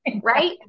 right